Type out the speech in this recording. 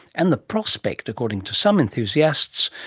and the prospect, according to some enthusiasts,